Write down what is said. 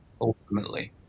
ultimately